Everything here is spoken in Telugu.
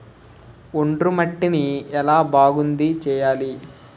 ఒండ్రు మట్టిని ఎలా బాగుంది చేయాలి?